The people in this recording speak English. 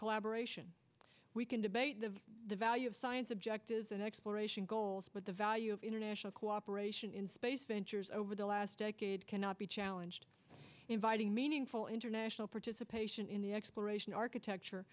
collaboration we can debate the value of science objectives and exploration goals but the value of international cooperation in space ventures over the last decade cannot be challenged inviting meaningful international participation in the exploration architecture